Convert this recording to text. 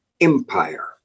empire